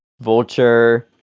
Vulture